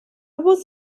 was